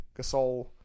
Gasol